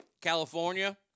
California